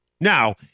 Now